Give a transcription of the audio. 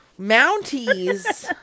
Mounties